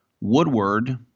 Woodward